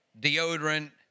deodorant